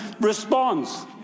responds